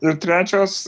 ir trečias